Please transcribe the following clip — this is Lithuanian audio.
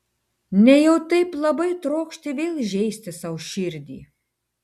nejau taip labai trokšti vėl žeisti sau širdį